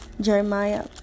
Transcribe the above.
Jeremiah